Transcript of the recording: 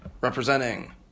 representing